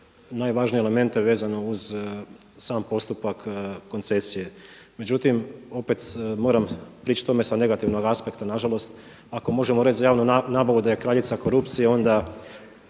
najvažnije elemente vezano uz sam postupak koncesije. Međutim, odmah moram prići tome sa negativnog aspekta nažalost. Ako možemo reći za javnu nabavu da je kraljica korupcije koncesije